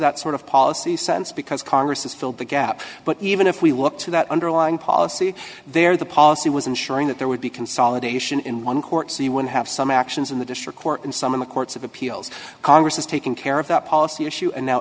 that sort of policy sense because congress has filled the gap but even if we look to that underlying policy there the policy was ensuring that there would be consolidation in one court so you would have some actions in the district court and some in the courts of appeals congress has taken care of that policy issue and now